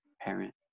parent